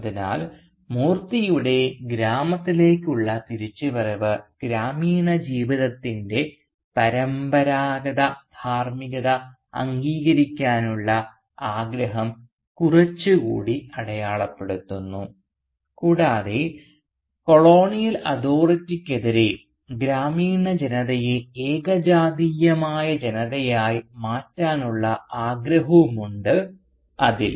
അതിനാൽ മൂർത്തിയുടെ ഗ്രാമത്തിലേക്കുള്ള തിരിച്ചുവരവ് ഗ്രാമീണ ജീവിതത്തിൻറെ പരമ്പരാഗത ധാർമ്മികത അംഗീകരിക്കാനുള്ള ആഗ്രഹം കുറച്ചുകൂടി അടയാളപ്പെടുത്തുന്നു കൂടാതെ കൊളോണിയൽ അതോറിറ്റിക്കെതിരെ ഗ്രാമീണ ജനതയെ ഏകജാതീയമായ ജനതയായി മാറ്റാനുള്ള ആഗ്രഹവുമുണ്ട് അതിൽ